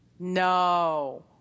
No